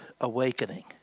awakening